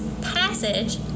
passage